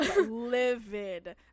livid